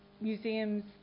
museums